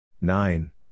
Nine